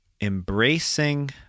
embracing